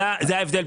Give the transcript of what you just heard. זה ההבדל.